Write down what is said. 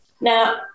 Now